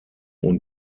und